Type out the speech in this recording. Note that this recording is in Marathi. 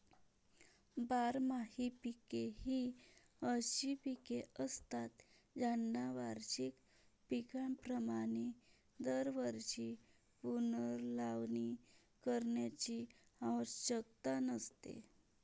बारमाही पिके ही अशी पिके असतात ज्यांना वार्षिक पिकांप्रमाणे दरवर्षी पुनर्लावणी करण्याची आवश्यकता नसते